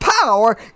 power